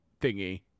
thingy